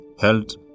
held